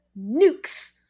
nukes